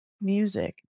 music